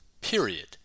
period